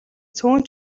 цөөн